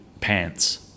Pants